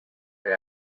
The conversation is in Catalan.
per